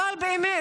אבל באמת